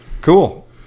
cool